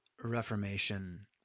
Reformation